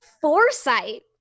foresight